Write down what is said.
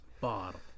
bottle